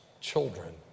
children